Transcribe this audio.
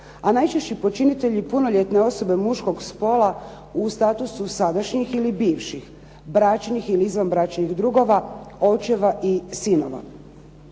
a najčešći počinitelji i punoljetne osobe muškog spola u statusu sadašnji ili bivših bračnih ili izvanbračnih drugova, očeva ili sinova.